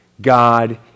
god